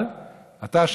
אבל אתה,